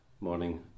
Morning